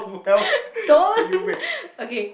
don't okay